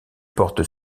porte